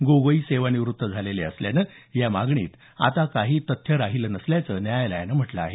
गोगोई सेवानिवृत्त झालेले असल्यानं या मागणीत आता काही तथ्य राहिलं नसल्याचं न्यायालयानं म्हटलं आहे